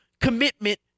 commitment